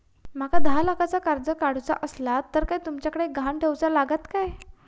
माका दहा लाखाचा कर्ज काढूचा असला तर काय तुमच्याकडे ग्हाण ठेवूचा लागात काय?